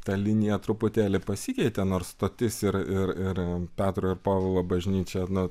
ta linija truputėlį pasikeitė nors stotis ir ir petro ir povilo bažnyčia nu